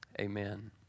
Amen